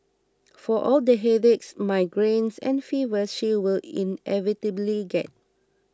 for all the headaches migraines and fevers she will inevitably get